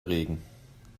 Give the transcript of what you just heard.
regen